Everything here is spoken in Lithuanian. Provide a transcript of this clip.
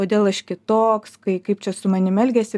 kodėl aš kitoks kai kaip čia su manim elgiasi